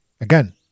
again